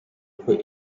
uko